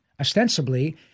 Ostensibly